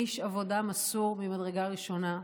איש עבודה מסור ממדרגה ראשונה,